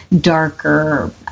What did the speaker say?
darker